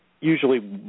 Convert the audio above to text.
usually